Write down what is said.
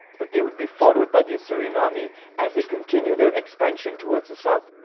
but they would be followed by the assyrian army as they continued their expansion towards the south.